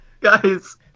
guys